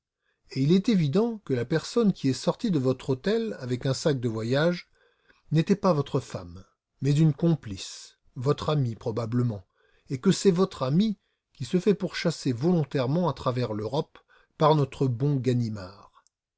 et il est évident que la personne qui est sortie de votre hôtel avec un sac de voyage n'était pas votre femme mais une complice votre amie probablement et que c'est votre amie qui se fait pourchasser volontairement à travers l'europe par notre bon ganimard